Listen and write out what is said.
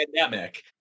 pandemic